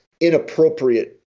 inappropriate